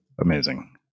amazing